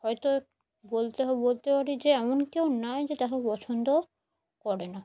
হয়তো বলতে হো বলতে পারি যে এমন কেউ নেই যে তাকে পছন্দ করে না